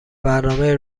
برنامه